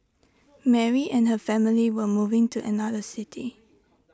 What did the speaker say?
Mary and her family were moving to another city